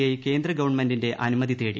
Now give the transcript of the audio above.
I കേന്ദ്ര ഗവൺമെന്റിന്റെ അനുമതി തേടി